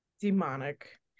demonic